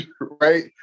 Right